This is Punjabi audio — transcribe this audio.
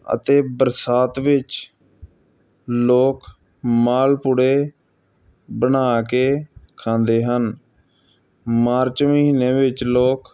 ਅਤੇ ਬਰਸਾਤ ਵਿੱਚ ਲੋਕ ਮਾਲ ਪੂੜੇ ਬਣਾ ਕੇ ਖਾਂਦੇ ਹਨ ਮਾਰਚ ਮਹੀਨੇ ਵਿੱਚ ਲੋਕ